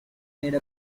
made